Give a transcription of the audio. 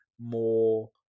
more